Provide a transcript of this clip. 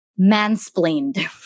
mansplained